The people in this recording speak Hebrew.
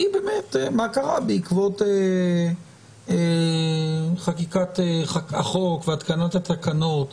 והיא באמת מה קרה בעקבות חקיקת החוק והתקנת התקנות,